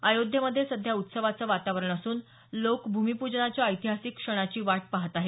अयोध्येमधे सध्या उत्सवाचं वातावरण असून लोक भूमीपूजनाच्या ऐतिहासिक क्षणाची वाट पाहत आहेत